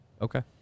Okay